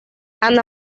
ana